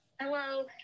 Hello